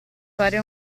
fare